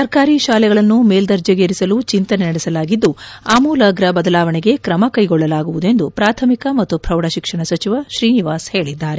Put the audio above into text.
ಸರ್ಕಾರಿ ಶಾಲೆಗಳನ್ನು ಮೇಲ್ವರ್ಜೆಗೇರಿಸಲು ಚಿಂತನೆ ನಡೆಸಲಾಗಿದ್ದು ಆಮೂಲಾಗ್ರ ಬದಲಾವಣೆಗೆ ಕ್ರಮ ಕೈಗೊಳ್ಳಲಾಗುವುದು ಎಂದು ಪ್ರಾಥಮಿಕ ಮತ್ತು ಪ್ರೌಢ ಶಿಕ್ಷಣ ಸಚಿವ ಶ್ರೀನಿವಾಸ್ ಹೇಳಿದ್ದಾರೆ